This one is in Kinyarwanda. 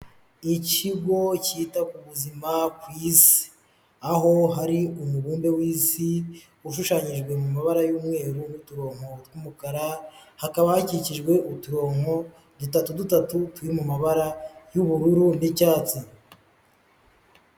Ikigo cyita ku buzima ku isi aho hari umubumbe w'isi ushushanyijwe mu mabara y'umweru n'uturonko tw'umukara hakaba hakikijwe uturonko dutatu dutatu turi mu mabara y'ubururu n'icyatsi.